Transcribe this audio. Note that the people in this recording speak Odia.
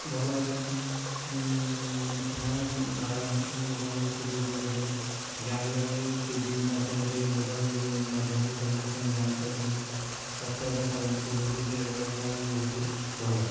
ଭଲ ହେଲେଣି ମେଡ଼ିସିନ୍ ବାହାରିଲାଣି ଆମ ଲୋକମାନଙ୍କୁ ସୁରକ୍ଷିତ ରହିଲେଣି ଜାଣିଗଲେଣି ଟି ଭି ମାଧ୍ୟମରେ ମୋବାଇଲ୍ ଯୁଗ ମାଧ୍ୟମରେ ସବୁ ଜିନିଷ ଆମେ ଜାଣିପାରୁଛୁ ସ୍ୱାସ୍ଥ୍ୟ ଅବସ୍ଥା ଉନ୍ନତି ରହୁଛି ସେ ପାଇଁ ବହୁତ ଭଲ